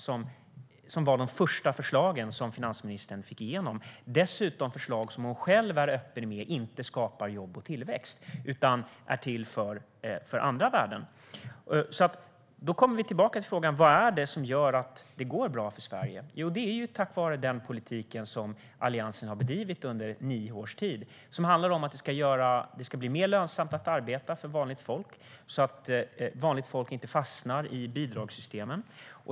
Hon är dessutom själv öppen med att de förslagen inte skapar jobb och tillväxt utan är till för andra värden. Då kommer vi tillbaka till vad det är som gör att det går bra för Sverige. Jo, det är tack vare den politik som Alliansen har bedrivit under nio års tid. Den handlar om att det ska bli mer lönsamt för vanligt folk att arbeta, så att de inte fastnar i bidragssystemen.